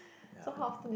ya